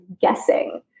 guessing